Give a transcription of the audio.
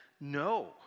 no